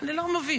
אני לא מבין.